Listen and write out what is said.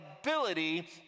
ability